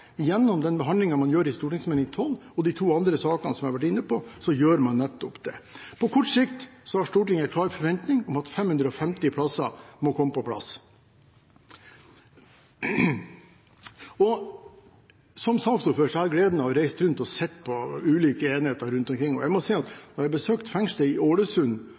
Gjennom behandlingen av Meld. St. 12 og de to andre sakene som jeg har vært inne på, gjør man nettopp det. På kort sikt har Stortinget en klar forventning om at 550 plasser må komme på plass. Som saksordfører har jeg hatt gleden av å reise rundt og se på ulike enheter rundt omkring. Jeg må si at fengslene i Ålesund